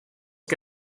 que